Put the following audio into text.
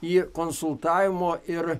į konsultavimo ir